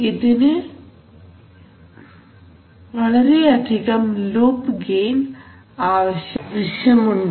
ഇതിന് വളരെയധികം loop gain ആവശ്യമുണ്ട്